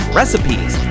recipes